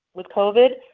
with covid,